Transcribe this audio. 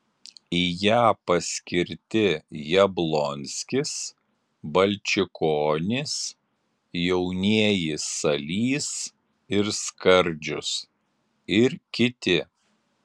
į ją paskirti jablonskis balčikonis jaunieji salys ir skardžius ir kiti